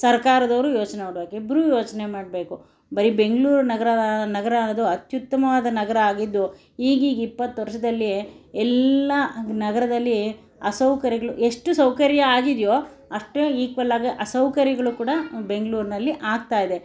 ಸರ್ಕಾರದವರು ಯೋಚನೆ ಮಾಡಬೇಕು ಇಬ್ಬರೂ ಯೋಚನೆ ಮಾಡಬೇಕು ಬರೀ ಬೆಂಗಳೂರು ನಗರ ನಗರ ಅನ್ನೋದು ಅತ್ಯುತ್ತಮವಾದ ನಗರ ಆಗಿದ್ದು ಈಗೀಗ ಇಪ್ಪತ್ತು ವರ್ಷದಲ್ಲಿ ಎಲ್ಲ ನಗರದಲ್ಲಿ ಅಸೌಕರ್ಯಗಳು ಎಷ್ಟು ಸೌಕರ್ಯ ಆಗಿದೆಯೋ ಅಷ್ಟೇ ಈಕ್ವಲ್ ಆಗಿ ಅಸೌಕರ್ಯಗಳು ಕೂಡ ಬೆಂಗಳೂರಿನಲ್ಲಿ ಆಗ್ತಾ ಇದೆ